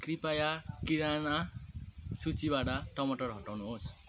कृपया किराना सूचीबाट टमाटर हटाउनुहोस्